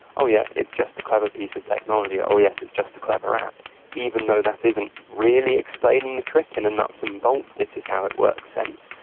oh yeah, it's just a clever piece of technology oh yes, it's just a clever app even though that isn't really explaining the trick in a nuts-and-bolts, this-is-how-it-works sense,